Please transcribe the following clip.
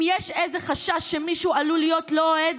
אם יש איזה חשש שמישהו עלול להיות לא אוהד